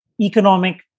economic